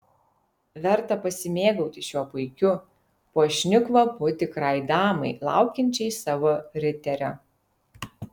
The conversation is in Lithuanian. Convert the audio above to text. verta pasimėgauti šiuo puikiu puošniu kvapu tikrai damai laukiančiai savo riterio